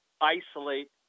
isolate